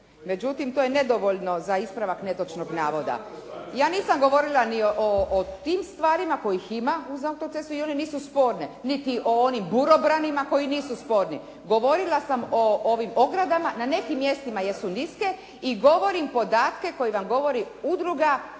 Međutim, to je nedovoljno za ispravak netočnog navoda. Ja nisam govorila ni o tim stvarima kojih ima uz autocestu i one nisu sporne, niti o onim burobranima koji nisu sporni. Govorila sam o ovim ogradama, na nekim mjestima jesu niske i govorim podatke koje vam govori Udruga